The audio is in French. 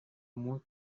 moins